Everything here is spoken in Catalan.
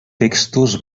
textos